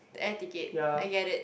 air ticket I get it